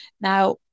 Now